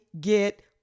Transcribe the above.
get